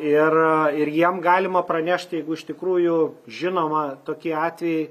ir ir jiem galima pranešt jeigu iš tikrųjų žinoma tokie atvejai